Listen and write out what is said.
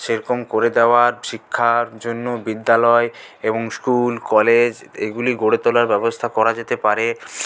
সেরকম করে দেওয়ার শিক্ষার জন্য বিদ্যালয় এবং স্কুল কলেজ এগুলি গড়ে তোলার ব্যবস্থা করা যেতে পারে